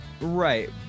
Right